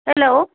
hello